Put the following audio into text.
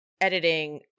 editing